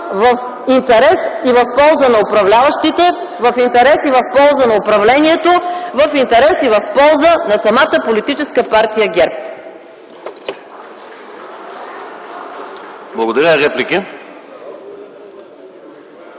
в интерес и в полза на управляващите, в интерес и в полза на управлението, в интерес и в полза на самата политическа партия ГЕРБ. (Ръкопляскания